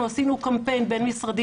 בשנה האחרונה אנחנו עשינו קמפיין בין-משרדי